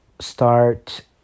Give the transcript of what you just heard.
start